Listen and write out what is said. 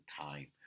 time